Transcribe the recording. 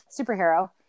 superhero